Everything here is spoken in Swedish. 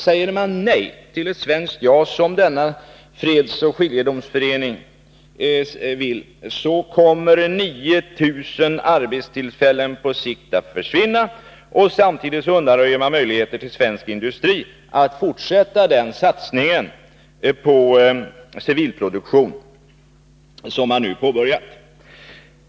Säger man nej till ett svenskt JAS, som Fredsoch skiljedomsföreningen vill, innebär det att ca 9000 arbetstillfällen på sikt kommer att försvinna. Samtidigt undanröjs möjligheterna för svensk industri att fortsätta den satsning på civilproduktion som man nu har påbörjat.